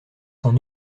son